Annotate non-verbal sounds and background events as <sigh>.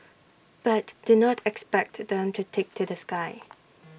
but do not expect them to take to the sky <noise>